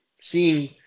seeing